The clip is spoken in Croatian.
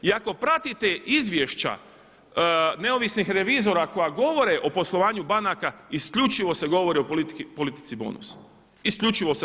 I ako pratite izvješća neovisnih revizora koja govore o poslovanju banaka isključivo se govori o politici bonusa, isključivo to.